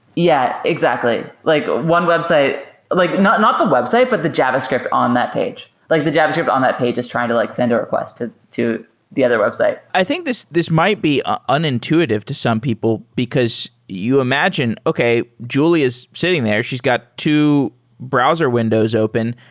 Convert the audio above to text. yeah, exactly. like like not not the website, but the javascript on that page. like the javascript on that page is trying to like send a request to to the other website. i think this this might be ah unintuitive to some people, because you imagine, okay. julia is sitting there. she's got two browser windows open.